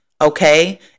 okay